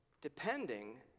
depending